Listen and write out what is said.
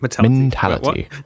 mentality